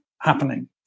happening